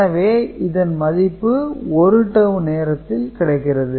எனவே இதன் மதிப்பு 1 டவூ நேரத்தில் கிடைக்கிறது